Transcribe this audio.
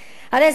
הרי זה ברור,